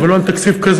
אבל לא על תקציב כזה.